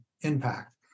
impact